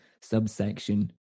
subsection